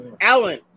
Alan